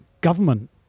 government